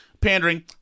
pandering